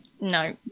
no